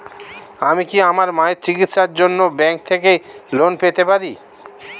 আমি কি আমার মায়ের চিকিত্সায়ের জন্য ব্যঙ্ক থেকে লোন পেতে পারি?